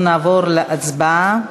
נעבור להצבעה.